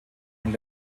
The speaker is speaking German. und